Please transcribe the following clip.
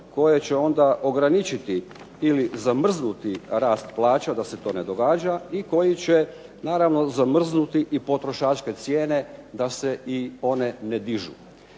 koje će onda ograničiti ili zamrznuti rast plaća da se to ne događa i koji će naravno zamrznuti i potrošačke cijene da se i one ne dižu.